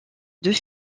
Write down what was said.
deux